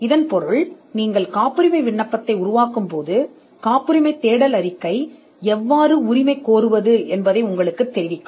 இதன் பொருள் நீங்கள் காப்புரிமை விண்ணப்பத்தை உருவாக்கும் போது காப்புரிமை தேடல் அறிக்கை எவ்வாறு உரிமை கோருவது என்பதை உங்களுக்குத் தெரிவிக்கும்